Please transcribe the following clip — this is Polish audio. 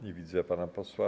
Nie widzę pana posła.